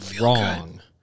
wrong